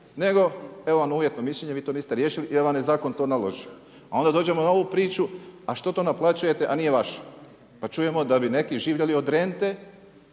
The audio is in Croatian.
nego evo vam uvjetno mišljenje, vi to niste riješili jer vam je zakon to naložio. A onda dođemo na ovu priču a što to naplaćujete a nije vaše. Pa čujemo da bi neki živjeli od rente